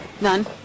none